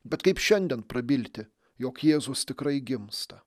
bet kaip šiandien prabilti jog jėzus tikrai gimsta